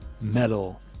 metal